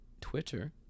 twitter